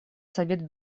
совет